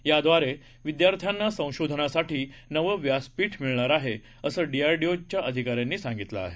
या द्वारे विद्यार्थ्यांना संशोधनासाठी नवं व्यासपीठ मिळणार आहे असं डीआर डी ओच्या अधिकाऱ्यांनी सांगितलं आहे